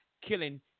killing